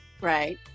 right